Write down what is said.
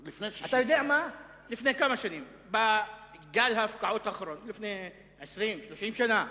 אתה יודע מה, בגל ההפקעות האחרון, לפני 20 30 שנה,